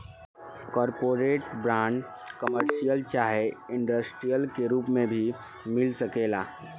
corporate bond, commercial चाहे industrial के रूप में भी मिल सकेला